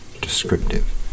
descriptive